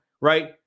right